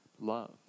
love